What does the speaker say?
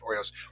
Oreos